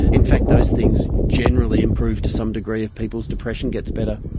in fact those things generally improve to some degree if people's depression gets better.